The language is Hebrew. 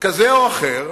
כזה או אחר,